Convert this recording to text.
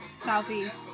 Southeast